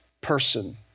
person